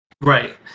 Right